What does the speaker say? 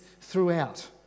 throughout